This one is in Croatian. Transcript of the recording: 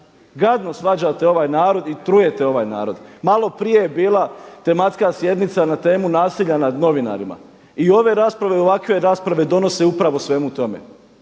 gadno svađate ovaj narod i trujete ovaj narod. Maloprije je bila tematska sjednica na temu nasilja nad novinarima. I ove rasprave ovakve rasprave donose upravo svemu tome.